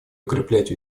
укреплять